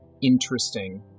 interesting